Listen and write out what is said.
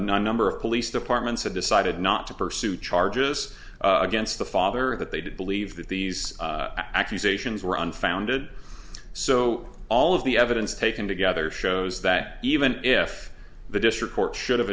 number of police departments had decided not to pursue charges against the father that they did believe that these accusations were unfounded so all of the evidence taken together shows that even if the district court should